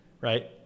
right